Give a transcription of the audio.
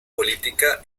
política